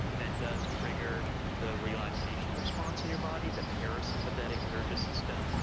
that does trigger the relaxation response in your body, the parasympathetic nervous system.